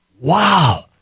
Wow